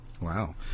Wow